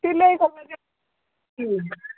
ସିଲେଇ ହବ ହଁ